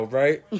right